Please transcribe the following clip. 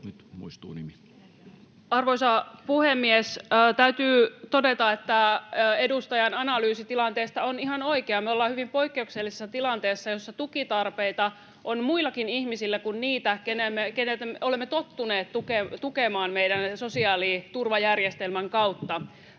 Arvoisa puhemies! Täytyy todeta, että edustajan analyysi tilanteesta on ihan oikea. Me ollaan hyvin poikkeuksellisessa tilanteessa, jossa tukitarpeita on muillakin ihmisillä kuin niillä, keitä me olemme tottuneet tukemaan meidän sosiaaliturvajärjestelmän kautta.